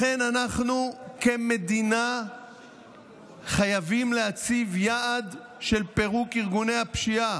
לכן אנחנו כמדינה חייבים להציב יעד של פירוק ארגוני הפשיעה,